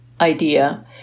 idea